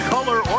Color